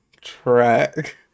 track